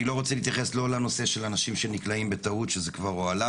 אני לא רוצה להתייחס לא לנושא של אנשים שנקלעים בטעות שזה כבר הועלה